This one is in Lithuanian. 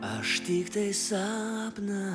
aš tiktai sapną